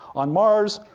on mars,